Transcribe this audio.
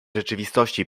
rzeczywistości